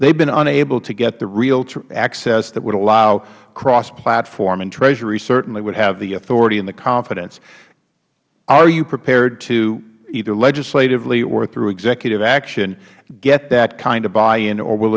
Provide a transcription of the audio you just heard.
have been unable to get the real access that would allow cross platform and treasury certainly would have the authority and the confidence are you prepared to either legislatively or through executive action get that kind of buy in or will